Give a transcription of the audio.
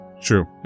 true